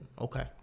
okay